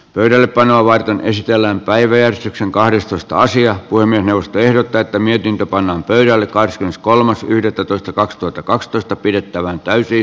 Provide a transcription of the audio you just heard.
pöydällepanoa varten esitellään päivystyksen kahdestoista asia kuin minusta ehdot täyttäminen ja pannaan pöydälle kahdeskymmeneskolmas yhdettätoista kaksituhattakaksitoista pidettävä täysin